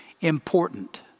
important